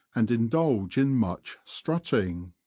and indulge in much strutting.